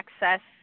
access